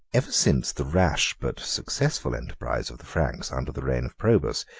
ever since the rash but successful enterprise of the franks under the reign of probus,